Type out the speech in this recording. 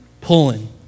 pulling